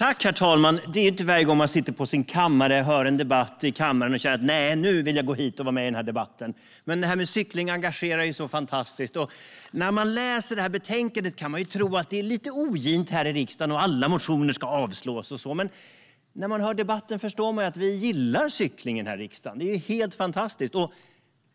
Herr talman! Det är inte varje gång man sitter på sin kammare, hör en debatt och känner att nej, nu vill jag gå dit och vara med i debatten! Det här med cykling engagerar ju så fantastiskt, och när man läser det här betänkandet kan man tro att det är lite ogint här i riksdagen, att alla motioner ska avslås och så. Men när man hör debatten förstår man att vi i riksdagen gillar cykling. Det är helt fantastiskt, och